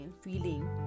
Feeling